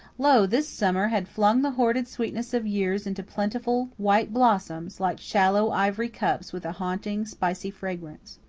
lo! this summer had flung the hoarded sweetness of years into plentiful white blossoms, like shallow ivory cups with a haunting, spicy fragrance.